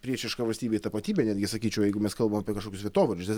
priešiška valstybei tapatybė netgi sakyčiau jeigu mes kalbam apie kažkokius vietovardžius